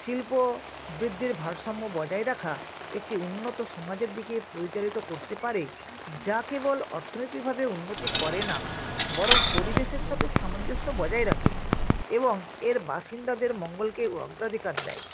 শিল্প বৃদ্ধির ভারসাম্য বজায় রাখা একটি উন্নত সমাজের দিকে পরিচালিত করতে পারে যা কেবল অর্থনৈতিকভাবে উন্নতি করে না বরং পরিবেশের সাথে সামঞ্জস্য বজায় রাখে এবং এর বাসিন্দাদের মঙ্গলকে অগ্রাধিকার দেয়